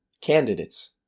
candidates